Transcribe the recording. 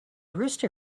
rooster